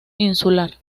insular